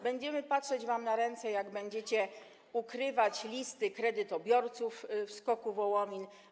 Będziemy patrzeć wam na ręce, jak będziecie ukrywać listy kredytobiorców SKOK-u Wołomin.